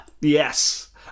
Yes